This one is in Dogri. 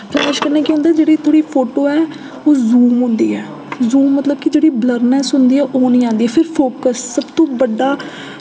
फ्लैश कन्नै केह् होंदा जेह्ड़ी थोआड़ी फोटो ऐ ओह् जूम होंदी ऐ जूम मतलब कि जेह्ड़ी ब्लरनैस्स होंदी ऐ ओह् निं आंदी ऐ फिर फोकस सब तो बड्डा